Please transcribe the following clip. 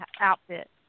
outfit